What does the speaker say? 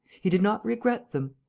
he did not regret them.